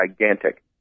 gigantic